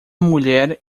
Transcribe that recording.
mulher